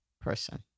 person